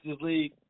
League